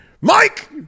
Mike